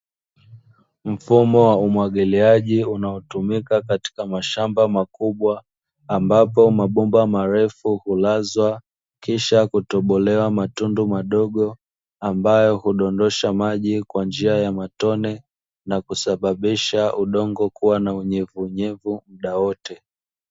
Mfumo wa umwagiliaji unaotumika katika mashamba makubwa, ambapo mabomba marefu hulazwa kisha kutobolewa matundu madogo ambayo hudondosha maji kwa njia ya matone, na kusababisha udongo kuwa na unyevunyevu muda wote.